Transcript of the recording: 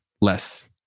less